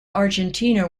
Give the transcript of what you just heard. argentina